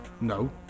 No